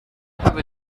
have